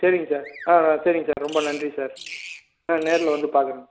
சரிங்க சார் ஆ சரிங்க சார் ரொம்ப நன்றி சார் ஆ நேரில் வந்து பார்க்குறோம்